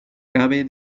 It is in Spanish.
cabe